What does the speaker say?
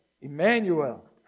Emmanuel